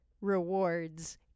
rewards